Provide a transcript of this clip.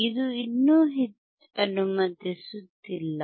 ಇದು ಇನ್ನೂ ಅನುಮತಿಸುತ್ತಿಲ್ಲ